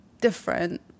different